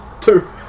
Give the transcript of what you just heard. Two